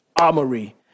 armory